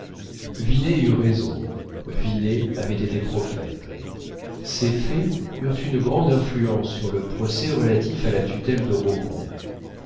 eut raison vinet avait été prophète ces faits eurent une grande influence sur le procès relatif à la tutelle de